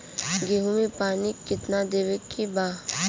गेहूँ मे पानी कितनादेवे के बा?